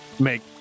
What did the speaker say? make